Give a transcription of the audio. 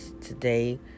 today